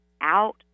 out